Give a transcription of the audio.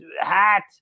hat